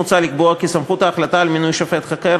מוצע לקבוע כי סמכות ההחלטה על מינוי שופט חוקר